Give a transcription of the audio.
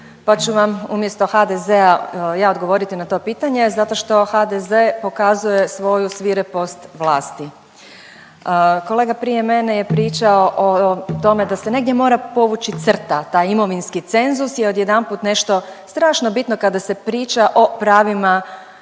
pa ću vam umjesto HDZ-a ja odgovoriti na to pitanje. Zato što HDZ pokazuje svoju svirepost vlasti. Kolega prije mene je pričao o tome da se negdje mora povući crta, taj imovinski cenzus je odjedanput nešto strašno bitno kada se priča o pravima